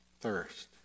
thirst